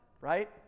right